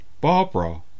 Barbara